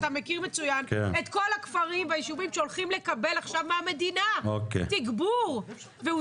את כל הכפרים והיישובים שהולכים לקבל תגבור מהמדינה.